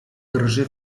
drży